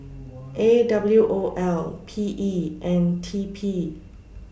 A W O L P E and T P